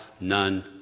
none